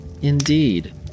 Indeed